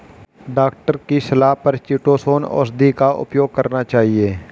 doctor की सलाह पर चीटोसोंन औषधि का उपयोग करना चाहिए